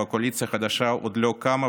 הקואליציה החדשה עוד לא קמה,